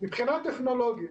מבחינה טכנולוגית,